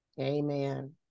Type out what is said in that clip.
Amen